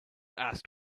asked